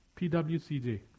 PWCJ